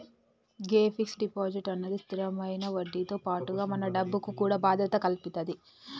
గే fix deposit అన్నది స్థిరమైన వడ్డీతో పాటుగా మన డబ్బుకు కూడా భద్రత కల్పితది